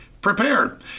prepared